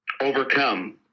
overcome